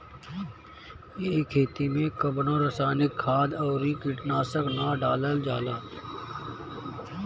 ए खेती में कवनो रासायनिक खाद अउरी कीटनाशक ना डालल जाला